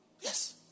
Yes